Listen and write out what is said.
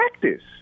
practice